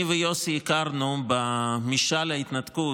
אני ויוסי הכרנו במשאל ההתנתקות,